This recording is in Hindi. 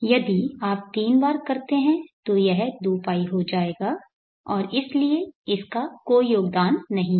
यदि आप तीन बार करते हैं तो यह 2π हो जाएगा और इसलिए इसका कोई योगदान नहीं है